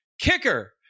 Kicker